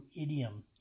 idiom